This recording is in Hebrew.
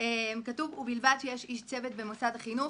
כתוב: "ובלבד שיש איש צוות במוסד החינוך"